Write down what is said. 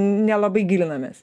nelabai gilinamės